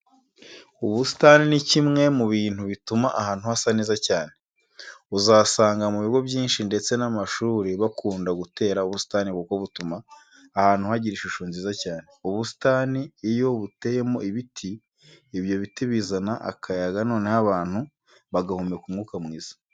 Ubusitani ni kimwe mu bintu bituma ahantu hasa neza cyane. Uzasanga mu bigo byinshi ndetse n'amashuri bakunda gutera ubusitani kuko butuma ahantu hagira ishusho nziza cyane. Ubusitani iyo buteyemo ibiti, ibyo biti bizana akayaga noneho abantu bagahumeka umwuka mwiza.